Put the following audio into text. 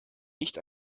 nicht